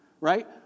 right